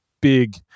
big